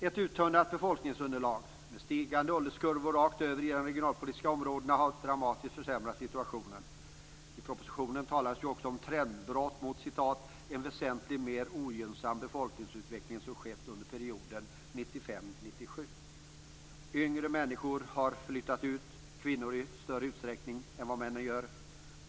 Ett uttunnat befolkningsunderlag med stigande ålderskurvor rakt över i de regionalpolitiska områdena har dramatiskt förändrat situationen. I propositionen talas ju också om trendbrott mot "en väsentligt mer ogynnsam befolkningsutveckling som skett under perioden 1995-1997". Yngre människor har flyttat ut, kvinnor i större utsträckning än männen.